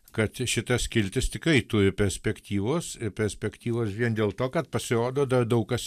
kad šita skiltis tikrai turi perspektyvos ir perspektyvos vien dėl to kad pasirodo dar daug kas